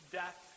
death